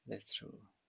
that's true